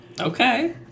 Okay